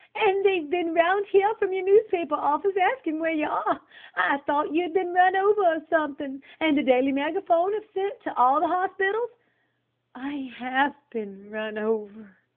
and they've been round here from your newspaper office asking where you are. i thought you had been run over or something, and the daily megaphone have sent to all the hospitals i have been run over,